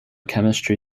chemistry